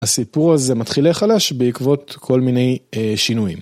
הסיפור הזה מתחיל להיחלש בעקבות כל מיני שינויים.